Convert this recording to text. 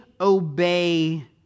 obey